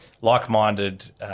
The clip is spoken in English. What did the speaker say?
like-minded